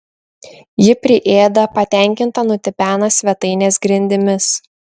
ji priėda patenkinta nutipena svetainės grindimis